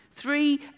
three